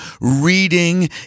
reading